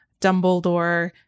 Dumbledore